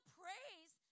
praise